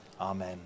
amen